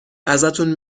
ازتون